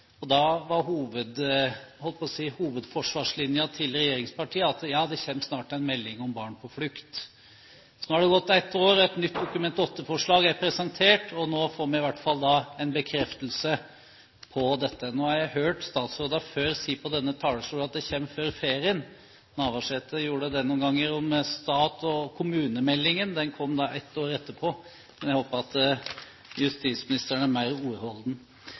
og da var – jeg holdt på å si – hovedforsvarslinjen til regjeringspartiene at ja, det kommer snart en melding om barn på flukt. Snart er det gått ett år, et nytt Dokument 8-forslag er presentert, og nå får vi i hvert fall en bekreftelse på dette. Nå har jeg hørt statsråder før si fra denne talerstol at det kommer før ferien. Navarsete gjorde det noen ganger om stat- og kommunemeldingen. Den kom da ett år etterpå. Men jeg håper at justisministeren er mer ordholden.